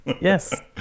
Yes